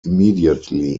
immediately